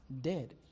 dead